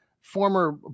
former